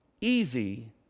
easy